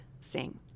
sing